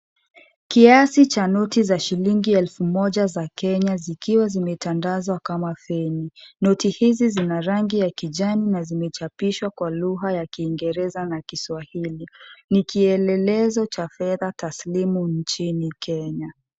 Kiasi ya noti ya shilingi elfu moja ya kenya zikiwa zimetandazwa kama feni. Noti hizi zina rangi ya kijani na zimechapishwa kwa lugha ya kiingereza na kiswahili. Ni kielelezo cha fedha taslimu nchini kenya.